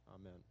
Amen